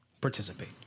participate